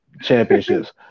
championships